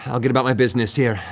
i'll get about my business here,